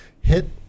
Hit